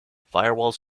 firewalls